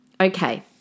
Okay